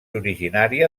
originària